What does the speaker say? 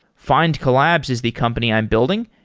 findcollbs is the company i'm building.